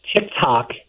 TikTok